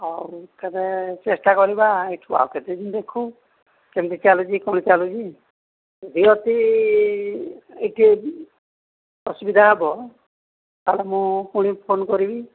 ହଉ ତବେ ଚେଷ୍ଟା କରିବା ଏଇଠୁ ଆଉ କେତେଦିନ ଦେଖୁ କେମିତି ଚାଲୁଛି କ'ଣ ଚାଲୁଛି ଅତି ଏଇଠି ଅସୁବିଧା ହେବ ତାହେଲେ ମୁଁ ପୁଣି ଫୋନ୍ କରିବି